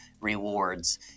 rewards